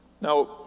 Now